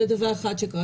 זה דבר אחד שקרה.